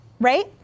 right